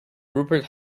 rupert